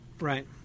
right